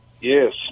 Yes